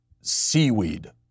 seaweed